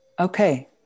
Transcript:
Okay